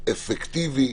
אפקטיבי,